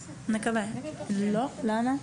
לא, למה?